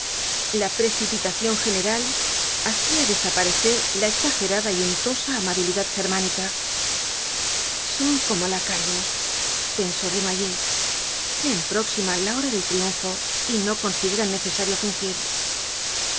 la precipitación general hacía desaparecer la exagerada y untosa amabilidad germánica son como lacayos pensó desnoyers creen próxima la hora del triunfo y no consideran necesario fingir